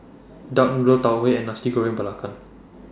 Duck Noodle Tau Huay and Nasi Goreng Belacan